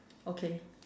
okay